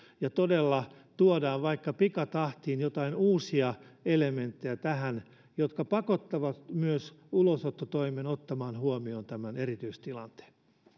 ja todella tuodaan vaikka pikatahtiin tähän jotain uusia elementtejä jotka pakottavat myös ulosottotoimen ottamaan huomioon tämän erityistilanteen